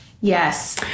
Yes